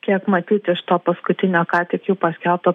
kiek matyt iš to paskutinio ką tik jų paskelbto